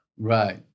Right